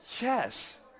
Yes